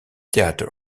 theatre